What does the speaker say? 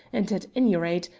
and, at any rate,